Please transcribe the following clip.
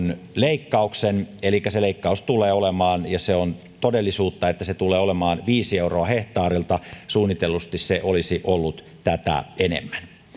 leikkauksen elikkä se leikkaus tulee olemaan ja se on todellisuutta että se tulee olemaan viisi euroa hehtaarilta suunnitellusti se olisi ollut tätä enemmän